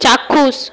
চাক্ষুষ